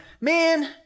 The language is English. man